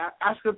ask